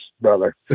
brother